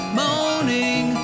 moaning